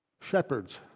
shepherds